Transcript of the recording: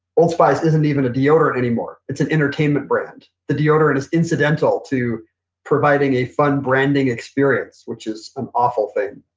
old spice isn't even a deodorant anymore. it's an entertainment brand. the deodorant is incidental to providing a fun branding experience, which is an awful thing